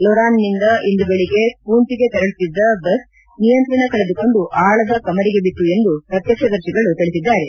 ಲೊರಾನ್ನಿಂದ ಇಂದು ಬೆಳಿಗ್ಗೆ ಪೂಂಚ್ಗೆ ತೆರಳುತ್ತಿದ್ದ ಬಸ್ ನಿಯಂತ್ರಣ ಕಳೆದುಕೊಂಡು ಆಳದ ಕಮರಿಗೆ ಬಿತ್ತು ಎಂದು ಪ್ರತ್ಯೇಕ್ಷದರ್ಶಿಗಳು ತಿಳಿಸಿದ್ದಾರೆ